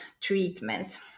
treatment